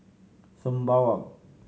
Sembawang